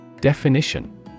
Definition